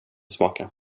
smaka